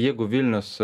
jeigu vilnius